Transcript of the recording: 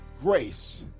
grace